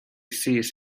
sees